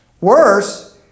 Worse